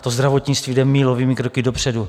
To zdravotnictví jde mílovými kroky dopředu.